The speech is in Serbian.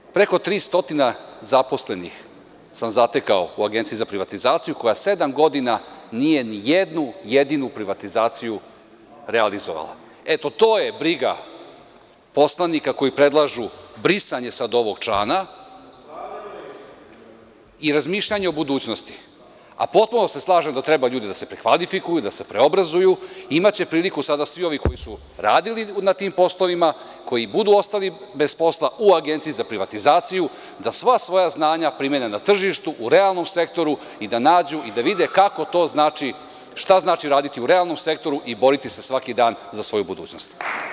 Dakle, preko 300 zaposlenih sam zatekao u Agenciji za privatizaciju, koja sedam godina nije nijednu privatizaciju realizovala i to je briga poslanika koji predlažu brisanje sad ovog člana i razmišljanje o budućnosti, a potpuno se slažem da treba ljudi da se prekvalifikuju, da se preobrazuju i imaće priliku sada svi ovi koji su radili na tim poslovima, koji budu ostali bez posla u Agenciji za privatizaciju, da sva svoja znanja primene na tržištu u realnom sektoru i da nađu i da vide kako to znači, odnosno šta znači raditi u realnom sektoru i boriti se svakog dana za svoju budućnost.